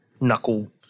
knuckle